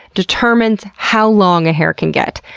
determines how long a hair can get.